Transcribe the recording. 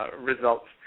Results